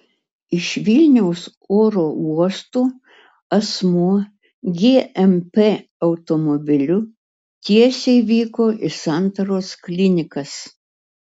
iš vilniaus oro uosto asmuo gmp automobiliu tiesiai vyko į santaros klinikas